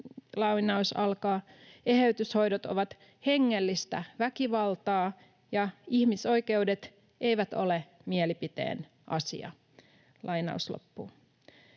on todennut: ”Eheytyshoidot ovat hengellistä väkivaltaa” ja ”Ihmisoikeudet eivät ole mielipiteen asia”. Sen lisäksi,